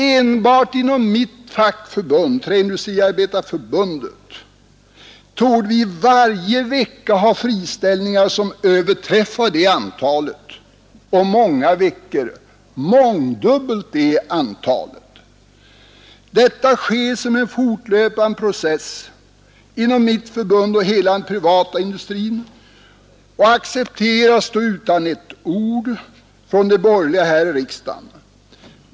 Enbart inom mitt fackförbund, Träindustriarbetareförbundet, torde vi varje vecka ha friställningar som överträffar det antalet och många veckor mångdubbelt detta antal. Detta sker som en fortlöpande process inom mitt förbund och inom hela den privata industrin och accepteras då utan ett ord från de borgerliga här i riksdagen.